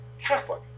Catholic